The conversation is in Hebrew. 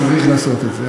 צריך לעשות את זה,